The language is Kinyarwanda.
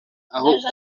aho